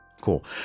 Cool